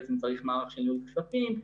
בעצם צריך מערך של ניהול כספים.